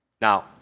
Now